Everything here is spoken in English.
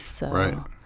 Right